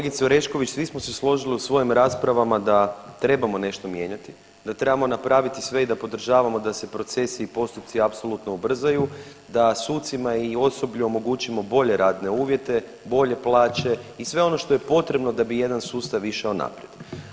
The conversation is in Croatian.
Kolegice Orešković svi smo se složili u svojim raspravama da trebamo nešto mijenjati, da trebamo napraviti sve i da podržavamo da se procesi i postupci apsolutno ubrzaju, da sucima i osoblju omogućimo bolje radne uvjete, bolje plaće i sve ono što je potrebno da bi jedan sustav išao naprijed.